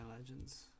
legends